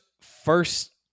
first